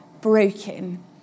broken